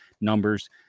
numbers